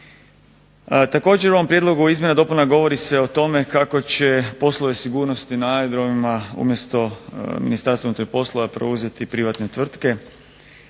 Također u ovom prijedlogu izmjena i dopuna govori se o tome kako će poslove sigurnosti na aerodromima umjesto Ministarstva unutarnjih poslova preuzeti privatne tvrtke.